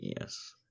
yes